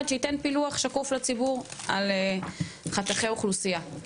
שייתן פילוח שקוף לציבור על חתכי אוכלוסייה.